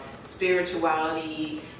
spirituality